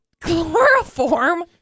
Chloroform